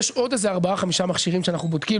יש עוד איזה ארבעה חמישה מכשירים שאנחנו בודקים.